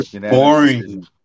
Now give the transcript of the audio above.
Boring